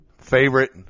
favorite